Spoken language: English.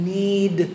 need